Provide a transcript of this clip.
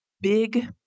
big